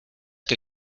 que